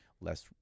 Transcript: less